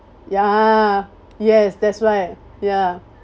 ya yes that's right ya